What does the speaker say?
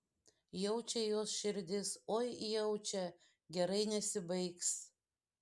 jaučia jos širdis oi jaučia gerai nesibaigs